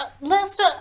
Lester